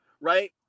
right